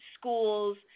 schools